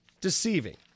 deceiving